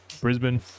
brisbane